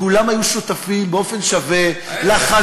כולם היו שותפים באופן שווה, ההפך.